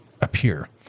appear